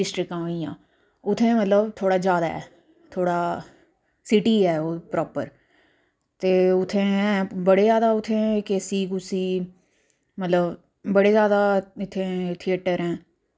ते उंदी मशाल बनाइयै ते अस चलदे न इत्थां अपने घरा निकलदे न ते जाइयै इत्थुं मतलब उत्थै मंदर ऐ उत्थेैजंदे न उत्थै अस सबेरै पुजदे